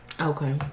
Okay